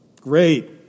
Great